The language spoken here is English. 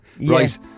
Right